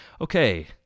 okay